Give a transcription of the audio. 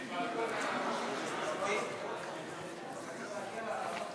סעיפים 1 2 נתקבלו.